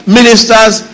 ministers